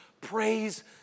praise